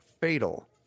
fatal